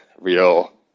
real